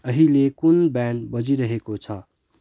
अहिले कुन ब्यान्ड बजिरहेको छ